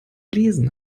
lesen